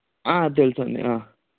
తెలుసండి